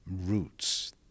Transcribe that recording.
roots